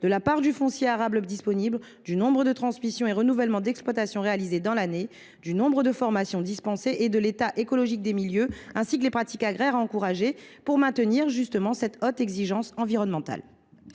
de la part de foncier arable disponible, du nombre de transmissions et renouvellements d’exploitations réalisés dans l’année, du nombre de formations dispensées, de l’état écologique des milieux et des pratiques agraires à encourager pour maintenir une haute exigence environnementale